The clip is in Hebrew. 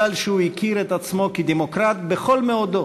שהוא הכיר את עצמו כדמוקרט בכל מאודו.